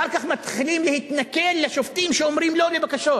אחר כך מתחילים להתנכל לשופטים שאומרים לא לבקשות.